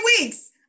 weeks